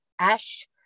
Ash